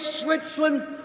Switzerland